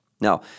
Now